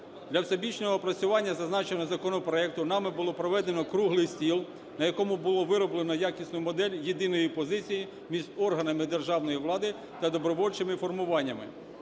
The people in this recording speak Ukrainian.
Для всебічного опрацювання зазначеного законопроекту нами було проведено круглий стіл, на якому було вироблено якісну модель єдиної позиції між органами державної влади та добровольчими формуваннями.